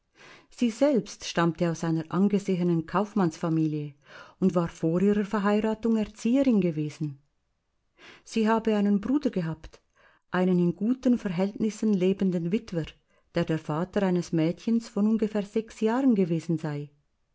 sie selbst stammte aus einer angesehenen kaufmannsfamilie und war vor ihrer verheiratung erzieherin gewesen sie habe einen bruder gehabt einen in guten verhältnissen lebenden witwer der der vater eines mädchens von ungefähr sechs jahren gewesen sei